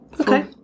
Okay